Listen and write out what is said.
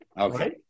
okay